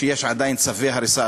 שיש עדיין צווי הריסה,